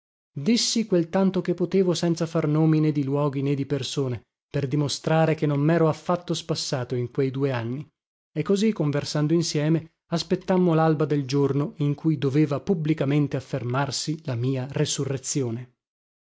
dissi quel tanto che potevo senza far nomi né di luoghi né di persone per dimostrare che non mero affatto spassato in quei due anni e così conversando insieme aspettammo lalba del giorno in cui doveva pubblicamente affermarsi la mia resurrezione